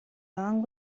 long